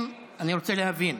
אני רוצה להבין,